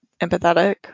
empathetic